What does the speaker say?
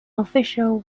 official